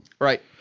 Right